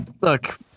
look